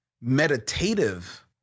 meditative